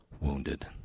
wounded